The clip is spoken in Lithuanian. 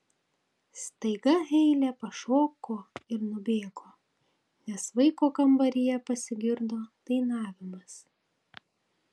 staiga heile pašoko ir nubėgo nes vaiko kambaryje pasigirdo dainavimas